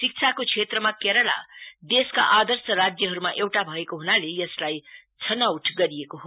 शिक्षाको श्रेत्रमा केराला देशका आर्दश राज्यहरुमा एउटा भएको हुनाले यसलाई छनौट गरिएको हो